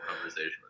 conversation